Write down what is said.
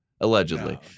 Allegedly